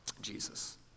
Jesus